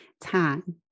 Time